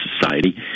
society